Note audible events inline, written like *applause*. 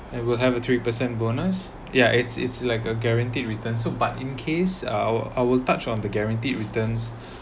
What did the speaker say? there will have a three percent bonus ya it's it's like a guaranteed return so but in case uh I will I will touch on the guaranteed returns *breath*